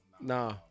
Nah